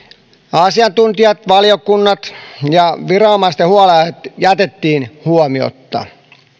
asiantuntijat valiokunnat ja viranomaisten huolenaiheet jätettiin huomiotta